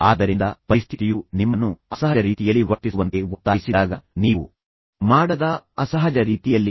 ಆದ್ದರಿಂದ ಪರಿಸ್ಥಿತಿಯು ನಿಮ್ಮನ್ನು ಅಸಹಜ ರೀತಿಯಲ್ಲಿ ವರ್ತಿಸುವಂತೆ ಒತ್ತಾಯಿಸಿದಾಗ ನೀವು ಮಾಡದ ಅಸಹಜ ರೀತಿಯಲ್ಲಿ